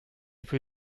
für